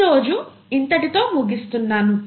ఈ రోజు ఇంతటితో ముగిస్తున్నాను